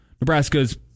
Nebraska's